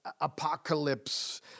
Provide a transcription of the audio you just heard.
apocalypse